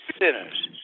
sinners